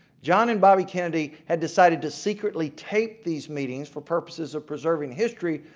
john and bobby kennedy had decided to secretly tape these meetings for purposes of preserving history,